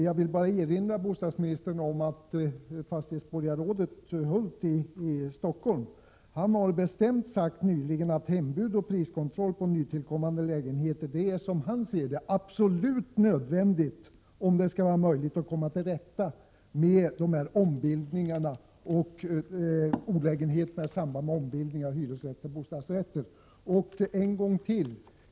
Jag vill bara erinra bostadsministern om att fastighetsborgarrådet Hulth i Stockholm nyligen bestämt har sagt att hembud och priskontroll på nytillkommande lägenheter är helt nödvändigt om det skall vara möjligt att komma till rätta med olägenheterna i samband med ombildning av hyresrätt till bostadsrätt.